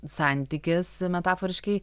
santykis metaforiškai